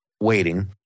waiting